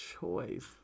choice